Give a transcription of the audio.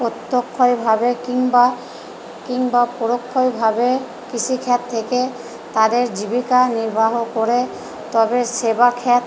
প্রত্যক্ষয়ভাবে কিংবা কিংবা পরোক্ষয়ভাবে কৃষি ক্ষেত থেকে তাদের জীবিকা নির্বাহ করে তবে সেবা ক্ষেত